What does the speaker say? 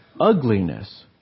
ugliness